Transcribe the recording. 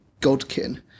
godkin